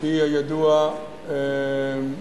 על-פי הידוע,